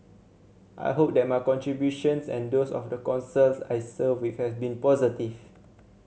i hope that my contributions and those of the Councils I served with have been positive